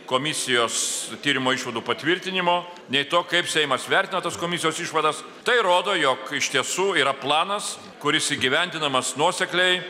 komisijos tyrimo išvadų patvirtinimo nei to kaip seimas vertina tos komisijos išvadas tai rodo jog iš tiesų yra planas kuris įgyvendinamas nuosekliai